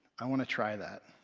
i want to try that.